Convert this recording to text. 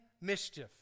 mischief